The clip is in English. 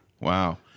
Wow